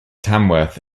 tamworth